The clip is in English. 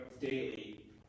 daily